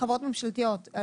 חברות ממשלתיות.